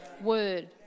Word